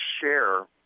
share